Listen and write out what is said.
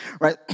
right